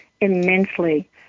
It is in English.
immensely